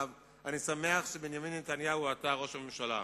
אני שמח שבנימין נתניהו הוא עתה ראש הממשלה.